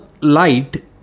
light